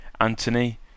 Anthony